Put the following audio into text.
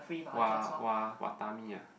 wa~ wa~ Watami ah